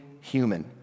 human